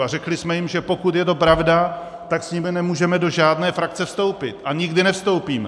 A řekli jsme jim, že pokud je to pravda, tak s nimi nemůžeme do žádné frakce vstoupit a nikdy nevstoupíme.